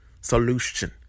solution